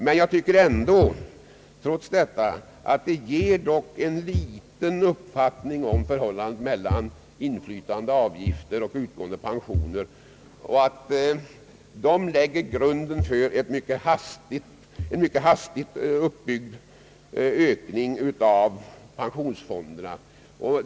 Men trots detta tycker jag att siffrorna ger en viss uppfattning om förhållandet mellan inflytande avgifter och utgående pensioner och att man på detta sätt åstadkommer en mycket hastigt uppbyggd ökning av pensionsfonderna.